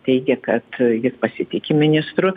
teigė kad jis pasitiki ministru